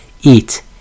Eat